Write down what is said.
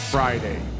Friday